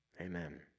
Amen